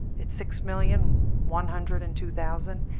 it's six million one hundred and two thousand